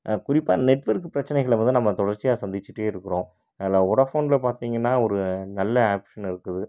குறிப்பாக நெட்ஒர்க்கு பிரச்சினைகள வந்து நம்ம தொடர்ச்சியாக சந்திச்சுட்டே இருக்கிறோம் அதில் வோடஃபோனில் பார்த்திங்கனா ஒரு நல்ல ஆப்ஷன் இருக்குது